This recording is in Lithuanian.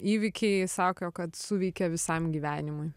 įvykiai sako kad suveikia visam gyvenimui